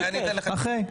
בבקשה, אלקין.